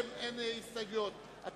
אין הסתייגויות להצעה הזאת.